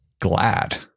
glad